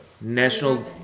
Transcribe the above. national